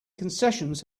concessions